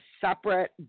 separate